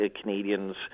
Canadians